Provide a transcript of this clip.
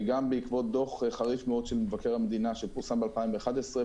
וגם בעקבות דוח חריף מאוד של מבקר המדינה שפורסם ב-2011.